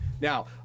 Now